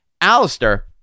Alistair